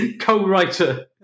co-writer